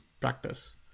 practice